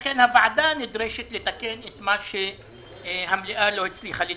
לכן הוועדה נדרשת לתקן את מה שהמליאה לא הצליחה לתקן.